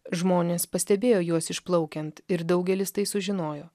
žmonės pastebėjo juos išplaukiant ir daugelis tai sužinojo